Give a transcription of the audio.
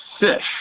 fish